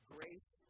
Grace